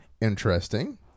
Interesting